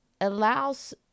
allows